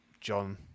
John